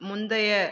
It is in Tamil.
முந்தைய